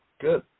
Good